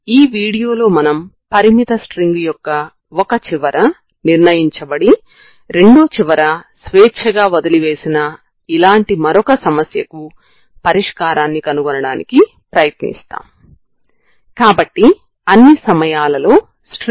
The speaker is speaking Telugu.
ఇప్పుడు మనం ప్రారంభ సమాచారం కలిగిన నాన్ హోమోజీనియస్ తరంగ సమీకరణాన్ని పరిగణలోకి తీసుకొని దానికి పరిష్కారాన్ని కనుగొనాలనుకుంటున్నాము